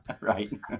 Right